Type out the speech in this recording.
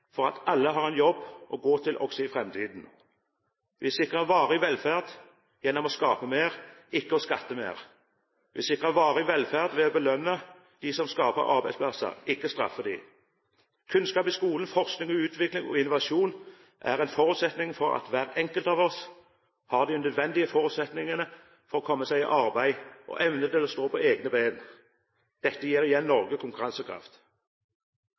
for at alle har en jobb å gå til også i framtiden. Vi sikrer varig velferd gjennom å skape mer, ikke skatte mer. Vi sikrer varig velferd ved å belønne dem som skaper arbeidsplasser, ikke straffe dem. Kunnskap i skolen, forskning, utvikling og innovasjon er en forutsetning for at hver enkelt av oss har de nødvendige forutsetningene for å komme oss i arbeid og evne til å stå på egne ben. Dette gir igjen Norge konkurransekraft.